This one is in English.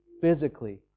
physically